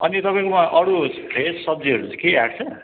अनि तपाईँकोमा अरू फ्रेस सब्जीहरू चाहिँ केही आएको छ